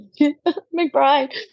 McBride